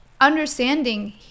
understanding